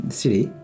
city